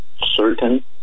certain